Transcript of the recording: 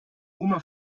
oma